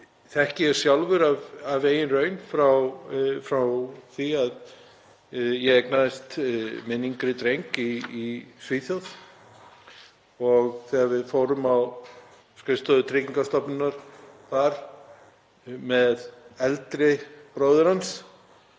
þekki ég sjálfur af eigin raun frá því að ég eignaðist minn yngri dreng í Svíþjóð. Þegar við fórum á skrifstofu tryggingastofnunar þar með eldri bróður hans,